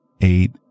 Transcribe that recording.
eight